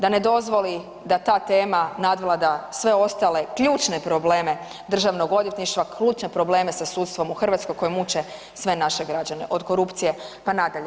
Da ne dozvoli da ta tema nadvlada sve ostale ključne probleme Državnog odvjetništva, ključne probleme sa sudstvom u Hrvatskoj koji muče sve naše građane od korupcije pa nadalje.